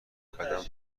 قدم